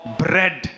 bread